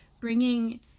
bringing